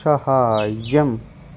सहाय्यम्